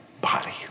body